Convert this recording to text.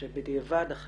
שבדיעבד הוא